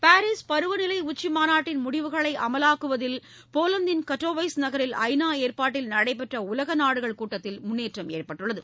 Paris பருவநிலை உச்சிமாநாட்டின் முடிவுகளை அமலாக்குவதில் போலந்தின் கட்டோவைஸ் நகரில் ஐநா ஏற்பாட்டில் நடைபெற்ற உலக நாடுகள் கூட்டத்தில் முன்னேற்றம் எற்பட்டுள்ளது